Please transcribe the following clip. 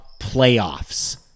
playoffs